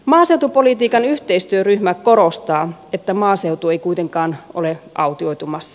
maaseutupolitiikan yhteistyöryhmä korostaa että maaseutu ei kuitenkaan ole autioitumassa